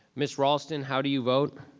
ms. raulston, how do you vote?